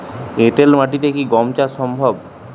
এঁটেল মাটিতে কি গম চাষ সম্ভব?